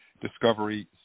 Discovery